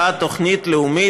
חברים, נא לא להפריע.